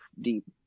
deep